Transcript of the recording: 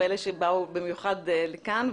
ואלה שבאו במיוחד לכאן.